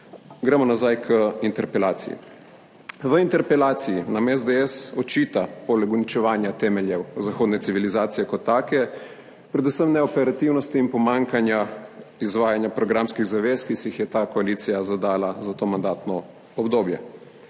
Gremo nazaj k interpelaciji. V interpelaciji nam SDS očita, poleg uničevanja temeljev zahodne civilizacije kot take, predvsem neoperativnost in pomanjkanje izvajanja programskih zavez, ki si jih je ta koalicija zadala za to mandatno obdobje.